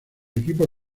equipo